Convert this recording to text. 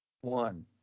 One